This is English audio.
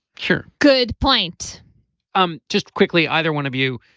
sure good point um just quickly either one of you.